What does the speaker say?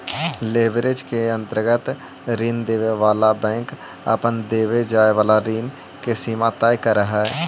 leverage के अंतर्गत ऋण देवे वाला बैंक अपन देवे जाए वाला ऋण के सीमा तय करऽ हई